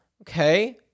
Okay